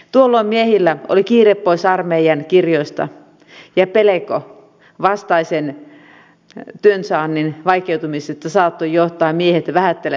tuolloin miehillä oli kiire pois armeijan kirjoista ja pelko vastaisen työnsaannin vaikeutumisesta saattoi johtaa miehet vähättelemään vammojaan